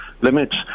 limits